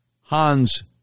Hans